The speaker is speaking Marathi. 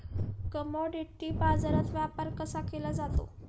कमॉडिटी बाजारात व्यापार कसा केला जातो?